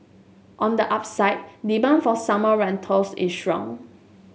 on the upside demand for summer rentals is strong